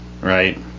right